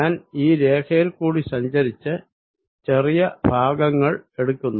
ഞാൻ ഈ രേഖയിൽ കൂടി സഞ്ചരിച്ച് ചെറിയ ഭാഗങ്ങൾ എടുക്കുന്നു